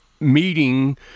meeting